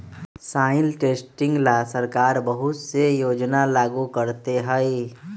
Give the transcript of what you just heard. soil testing ला सरकार बहुत से योजना लागू करते हई